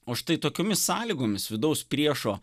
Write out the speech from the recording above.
o štai tokiomis sąlygomis vidaus priešo